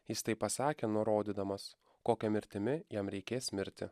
jis taip pasakė nurodydamas kokia mirtimi jam reikės mirti